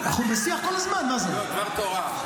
דבר תורה.